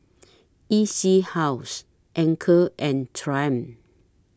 E C House Anchor and Triumph